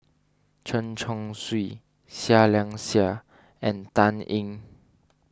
Chen Chong Swee Seah Liang Seah and Dan Ying